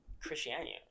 Christianity